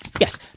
yes